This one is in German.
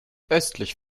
östlich